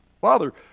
Father